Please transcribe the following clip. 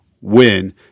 win –